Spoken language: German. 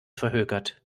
verhökert